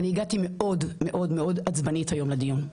אני הגעתי מאוד עצבנית היום לדיון,